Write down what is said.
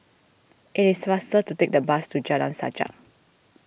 it is faster to take the bus to Jalan Sajak